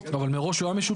אבל מראש הוא היה משותף.